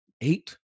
eight